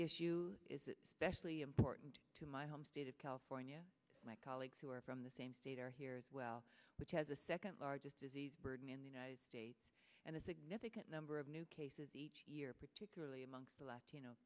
issue is it specially important to my home state of california my colleagues who are from the same state are here as well which has a second largest disease burden in the united states and a significant number of new cases each year particularly among the latino